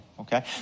okay